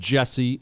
Jesse